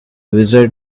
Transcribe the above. wizard